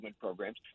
programs